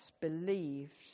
believed